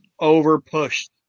overpushed